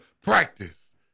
practice